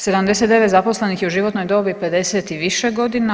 79 zaposlenih je u životnoj dobi 50 i više godina.